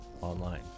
Online